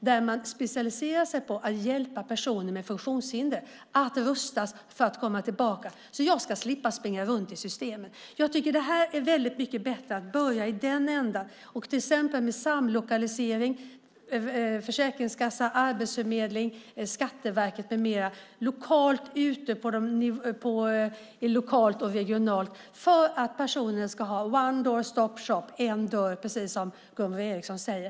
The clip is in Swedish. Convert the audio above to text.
Där har man specialiserat sig på att hjälpa personer med funktionshinder att rustas för att komma tillbaka så att de ska slippa springa runt i systemet. Jag tycker att det är väldigt mycket bättre att börja i den ändan. Det handlar till exempel om samlokalisering av Försäkringskassan, Arbetsförmedlingen, Skatteverket med mera lokalt och regionalt för att personer ska ha one door stop shop , det vill säga en dörr, precis som Gunvor G Ericson säger.